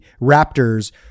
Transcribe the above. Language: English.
Raptors